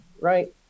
right